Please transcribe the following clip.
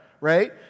right